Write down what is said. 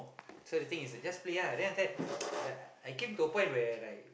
so the thing is just play lah then after that like I came to a point where like